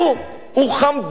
הוא חמדן.